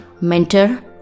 mentor